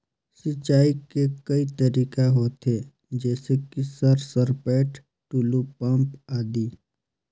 सिंचाई के कई तरीका होथे? जैसे कि सर सरपैट, टुलु पंप, आदि?